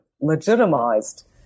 legitimized